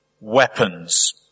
weapons